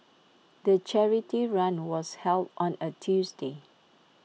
the charity run was held on A Tuesday